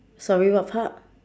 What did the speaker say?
sorry what park